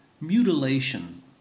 Mutilation